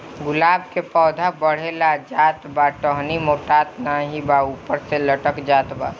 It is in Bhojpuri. गुलाब क पौधा बढ़ले जात बा टहनी मोटात नाहीं बा ऊपर से लटक जात बा?